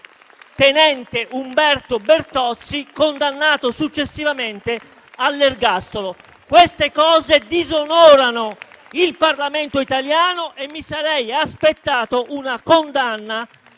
tenente Umberto Bertozzi, condannato successivamente all'ergastolo. Queste cose disonorano il Parlamento italiano e mi sarei aspettato una condanna